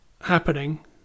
happening